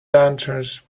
lanterns